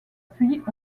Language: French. puits